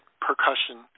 percussion